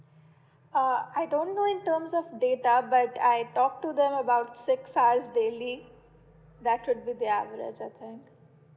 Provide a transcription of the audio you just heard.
uh I don't know in terms of data but I talk to them about six hours daily that would be the average of time